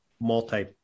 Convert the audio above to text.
multi